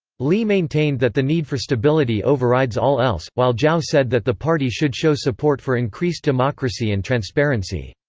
li maintained that the need for stability overrides all else, while zhao said that the party should show support for increased democracy and transparency.